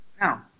now